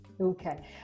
okay